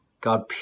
God